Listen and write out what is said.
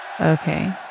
Okay